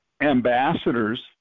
ambassadors